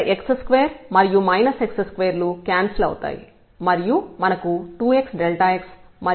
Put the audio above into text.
ఇక్కడ x2 మరియు x2 లు క్యాన్సిల్ అవుతాయి మరియు మనకు 2xx మరియు x2 లు ఉంటాయి